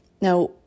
Now